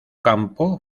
campo